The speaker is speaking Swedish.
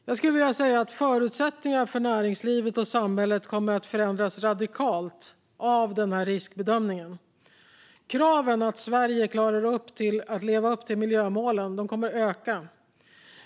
Jag skulle vilja säga att förutsättningarna för näringslivet och samhället kommer att förändras radikalt av riskbedömningen. Kraven på att Sverige klarar att leva upp till miljömålen kommer att öka.